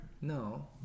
No